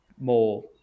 more